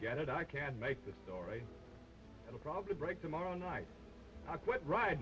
get it i can't make the story i'll probably break tomorrow night